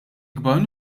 ikbar